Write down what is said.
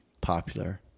popular